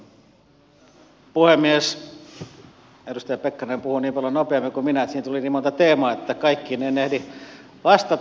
edustaja pekkarinen puhuu niin paljon nopeammin kuin minä että siinä tuli niin monta teemaa että kaikkiin en ehdi vastata